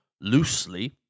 loosely